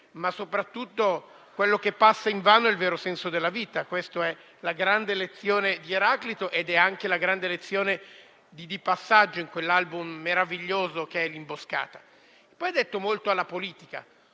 ma soprattutto a passare invano è il vero senso della vita. Questa è la grande lezione di Eraclito ed è anche la grande lezione di passaggio in quell'album meraviglioso che è «L'imboscata». Poi ha detto molto alla politica.